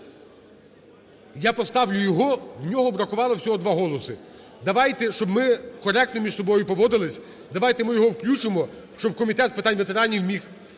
Я поставлю його, в нього бракувало всього два голоси. Давайте, щоб ми коректно між собою поводилися, давайте ми його включимо, щоб Комітет з питань ветеранів міг